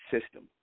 system